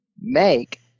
make